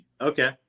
Okay